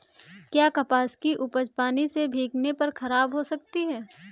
क्या कपास की उपज पानी से भीगने पर खराब हो सकती है?